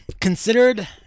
Considered